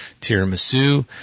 tiramisu